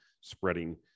spreading